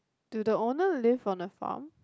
do the owner live on the farm